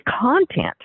content